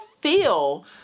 feel